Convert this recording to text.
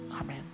Amen